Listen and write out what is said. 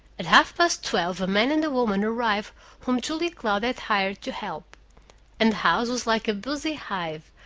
at half-past twelve a man and a woman arrived whom julia cloud had hired to help and the house was like a busy hive,